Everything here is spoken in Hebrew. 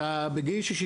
בגיל 60,